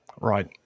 Right